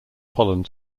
pollen